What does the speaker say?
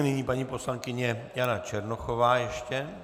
Nyní paní poslankyně Jana Černochová ještě.